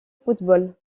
football